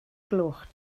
gloch